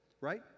Right